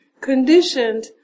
conditioned